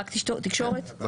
על